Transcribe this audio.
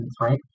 right